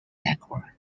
backward